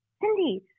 Cindy